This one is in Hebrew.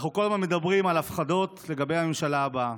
אנחנו כל הזמן מדברים על הפחדות לגבי הממשלה הבאה.